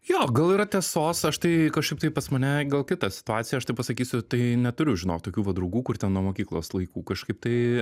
jo gal yra tiesos aš tai kažkaip tai pas mane gal kita situacija aš taip pasakysiu tai neturiu žinok tokių va draugų kur ten nuo mokyklos laikų kažkaip tai